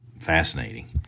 fascinating